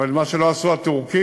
אבל מה שלא עשו הטורקים,